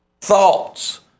thoughts